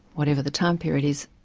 whatever the time period is,